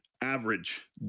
average